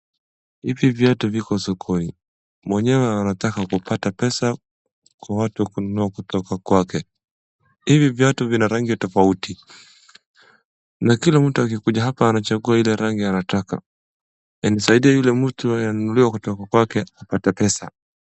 Hivi viatu viko sokoni, mwenyewe anataka kupata pesa kwa watu wa kununua kutoka kwake. Hivi viatu vina rangi tofauti na kila mtu akikuja hapa anachagua ile rangi anataka inasaidia ile mtu imenunuliwa kwake apate pesa.